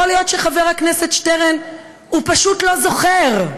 יכול להיות שחבר הכנסת שטרן פשוט לא זוכר,